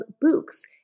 books